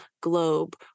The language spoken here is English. globe